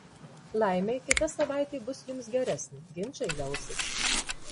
laimei kita savaitė bus jums geresnė ginčai liausis